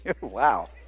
Wow